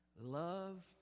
Love